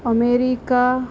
America